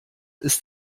ist